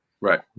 Right